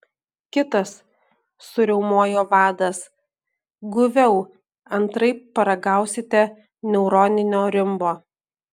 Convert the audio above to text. kitas suriaumojo vadas guviau antraip paragausite neuroninio rimbo